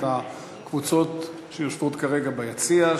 את הקבוצות שיושבות כרגע ביציע,